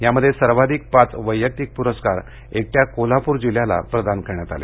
यामध्ये सर्वाधिक पाच वैयक्तिक पुरस्कार एकट्या कोल्हापूर जिल्ह्याला प्रदान करण्यात आले